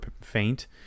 faint